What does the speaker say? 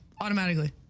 automatically